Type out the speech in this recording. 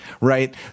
right